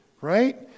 right